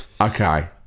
Okay